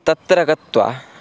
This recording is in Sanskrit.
तत्र गत्वा